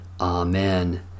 Amen